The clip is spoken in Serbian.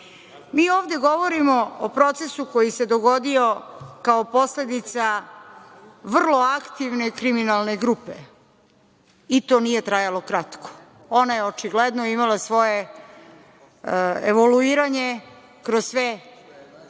ovde govorimo o procesu koji se dogodio kao posledica vrlo aktivne kriminalne grupe i to nije trajalo kratko. Ona je očigledno imala svoje evoluiranje kroz sve